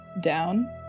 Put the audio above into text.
down